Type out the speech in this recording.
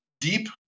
deep